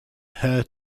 her